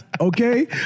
okay